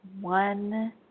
one